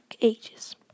Ages